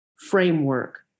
framework